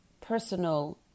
personal